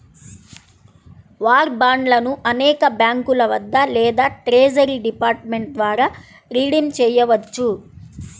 war బాండ్లను అనేక బ్యాంకుల వద్ద లేదా ట్రెజరీ డిపార్ట్మెంట్ ద్వారా రిడీమ్ చేయవచ్చు